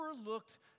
overlooked